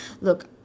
look